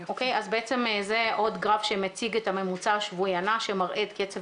בעצם זה עוד גרף שמציג את הממוצע השבועי הנע שמראה את קצב